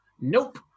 Nope